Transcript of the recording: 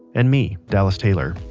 and me, dallas taylor.